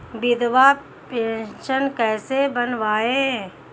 विधवा पेंशन कैसे बनवायें?